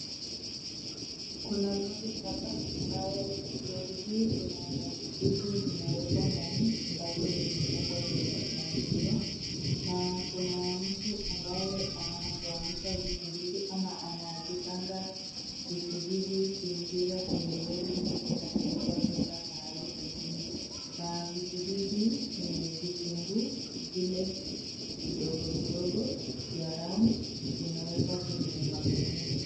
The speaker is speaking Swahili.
Kuna lori hapa ambayo lori hii kuna vitu vinawekwa ndani ambavyo vimefungwa kwenye magunia na kuna mtu ambaye anatoanisha vitu hivi ama ana vipanga vitu hivi kuingiza kwenye lori ili kusafirisha kuenda pahali pengine na vitu hivi ni vitunguu zile vidogo vidogo vya round vinawekwa kwenye magunia.